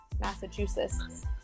Massachusetts